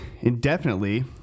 indefinitely